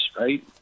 right